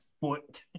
Foot